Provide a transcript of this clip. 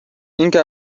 اینکه